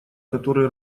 который